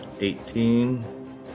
eighteen